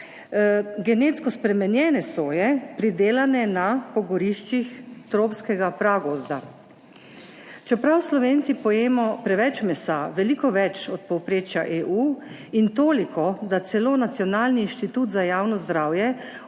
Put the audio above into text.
genetsko spremenjene soje, pridelane na pogoriščih tropskega pragozda. Čeprav Slovenci pojemo preveč mesa, veliko več od povprečja EU, in toliko, da celo Nacionalni inštitut za javno zdravje